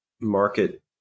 market